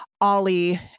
ollie